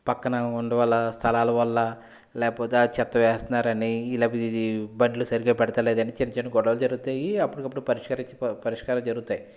పక్కన ఉండే వాళ్ళ స్థలాల వల్ల లేకపోతే ఆ చెత్త వేస్తున్నారని లేకపోతే ఇది బండ్లు సరిగ్గా పెట్టడంలేదని చిన్న చిన్న గొడవలు జరుగుతాయి అప్పటికప్పుడు పరిష్కరిం పరిష్కారం జరుగుతాయి